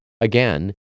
again